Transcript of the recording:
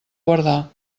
guardar